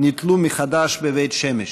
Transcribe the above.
נתלו מחדש בבית שמש.